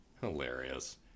hilarious